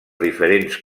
diferents